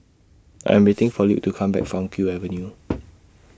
I Am waiting For Luke to Come Back from Kew Avenue